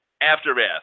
Aftermath